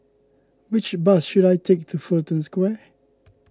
which bus should I take to Fullerton Square